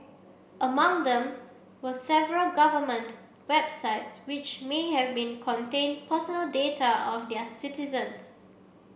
among them were several government websites which may have been contained personal data of their citizens